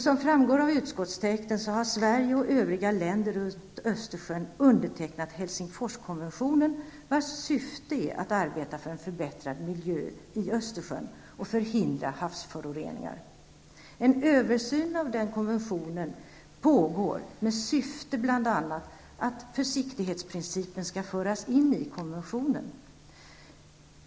Som framgår av utskottstexten har Sverige och övriga länder runt Östersjön undertecknat Helsingforskonventionen, vars syfte är att verka för en förbättring av miljön i Östersjön och hindra havsföroreningar. En översyn av konventionen pågår med bl.a. syftet att försiktighetsprincipen skall föras in i konventionen.